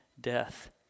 death